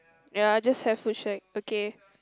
ya I just have food shack okay